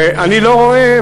ואני לא רואה,